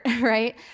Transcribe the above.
right